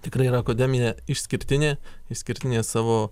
tikrai yra akademija išskirtinė išskirtinė savo